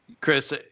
Chris